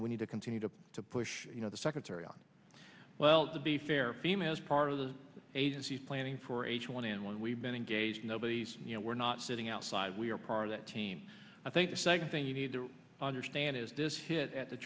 and we need to continue to push you know the secretary on well to be fair beam as part of the agency's planning for h one n one we've been engaged nobody's you know we're not sitting outside we are part of that team i think the second thing you need to understand is this hit at the